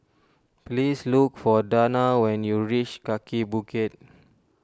please look for Dana when you reach Kaki Bukit